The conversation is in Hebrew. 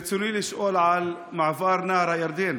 ברצוני לשאול על מעבר נהר הירדן,